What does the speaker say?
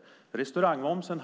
Halveringen av restaurangmomsen